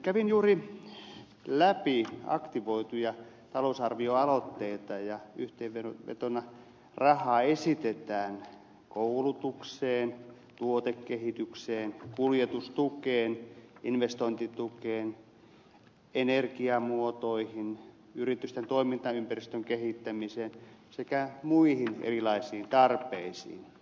kävin juuri läpi aktivoituja talousarvioaloitteita ja yhteenvetona rahaa esitetään koulutukseen tuotekehitykseen kuljetustukeen investointitukeen energiamuotoihin yritysten toimintaympäristön kehittämiseen sekä muihin erilaisiin tarpeisiin